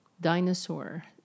Dinosaur